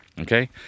okay